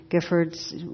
Gifford's